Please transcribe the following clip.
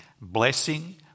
blessing